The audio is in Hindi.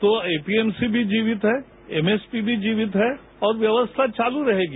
तो एपीएमसी भी जीवित है एमएसपी भी जीवित है और व्यवस्था चालू रहेगी